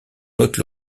note